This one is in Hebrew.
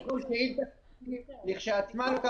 בגלל שמדברים כאן על מאות